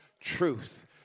Truth